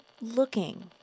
looking